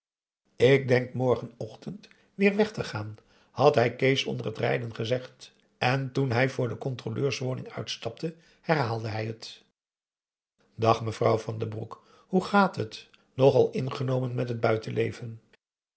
ik denk morgenochtend weêr weg te gaan had hij kees onder het rijden gezegd en toen hij voor de controleurswoning uitstapte herhaalde hij het dag mevrouw van den broek hoe gaat het nogal ingenomen met het buitenleven